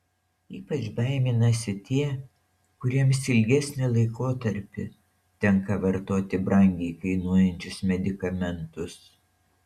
ypač baiminasi tie kuriems ilgesnį laikotarpį tenka vartoti brangiai kainuojančius medikamentus